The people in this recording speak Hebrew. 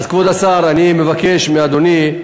כבוד השר, אני מבקש מאדוני,